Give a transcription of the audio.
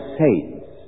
saints